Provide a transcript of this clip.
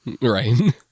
Right